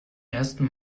ersten